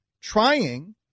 trying